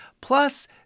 plus